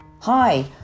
Hi